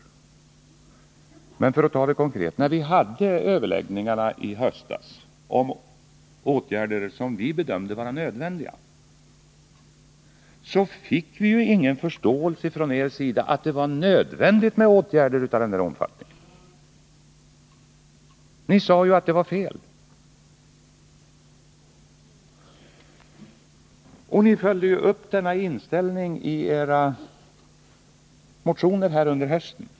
Men när vi — för att ta det konkret — i höstas hade överläggningar om åtgärder som vi bedömde vara nödvändiga, fick vi ingen förståelse från er sida för att det var nödvändigt med åtgärder av denna omfattning. Ni sade att det var fel, och ni följde upp denna inställning i era motioner under hösten.